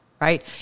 Right